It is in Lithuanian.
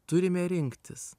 turime rinktis